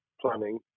planning